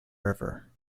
river